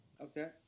Okay